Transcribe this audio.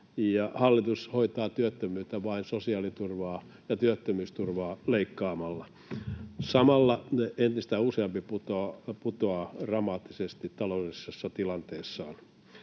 hallitus hoitaa työttömyyttä vain sosiaaliturvaa ja työttömyysturvaa leikkaamalla. Samalla entistä useampi putoaa dramaattisesti taloudellisessa tilanteessaan.